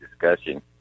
discussion